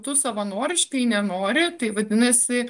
tu savanoriškai nenori tai vadinasi